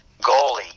goalie